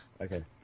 Okay